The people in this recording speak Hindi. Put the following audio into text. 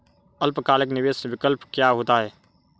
अल्पकालिक निवेश विकल्प क्या होता है?